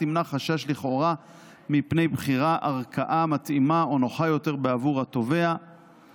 תמנע חשש לכאורה מפני בחירת ערכאה מתאימה או נוחה יותר בעבור התובע,